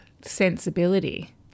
sensibility